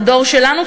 את הדור שלנו,